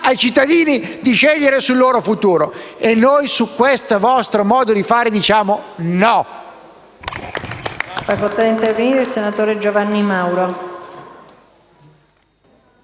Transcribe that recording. ai cittadini di scegliere sul loro futuro. E noi a questo vostro modo di fare diciamo no.